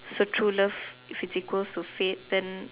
so true love if it equal to fate then